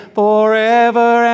forever